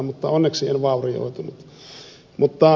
mutta onneksi en vaurioitunut